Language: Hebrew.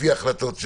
לפי ההחלטות,